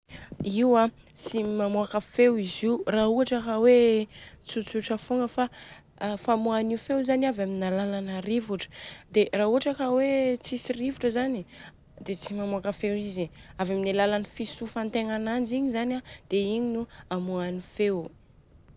Io an ts mamôka feo izy io raha ohatra ka hoe tsotsotra fogna fa famohan'io feo zany an avy amin'ny alalana rivotra, dia raha ohatra ka hoe tsisy rivotra zany dia tsy mamoaka feo izy, avy amin'ny alalan'ny fitsofantegna ananjy igny zany an dia igny no amoahany feo.